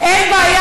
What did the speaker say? שיש, לא, אין בעיה.